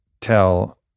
tell